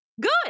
good